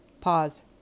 Pause